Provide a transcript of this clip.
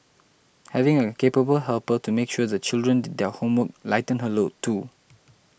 having a capable helper to make sure the children did their homework lightened her load too